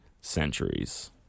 centuries